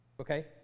Okay